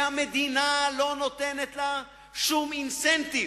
שהמדינה לא נותנת לה שום אינסנטיב,